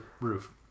roof